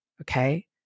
okay